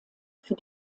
für